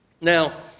Now